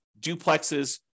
duplexes